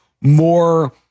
more